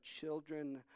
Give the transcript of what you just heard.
children